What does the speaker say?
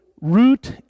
root